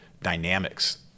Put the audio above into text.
dynamics